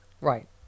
Right